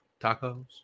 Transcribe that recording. Tacos